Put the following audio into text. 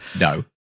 No